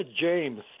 James